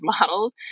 models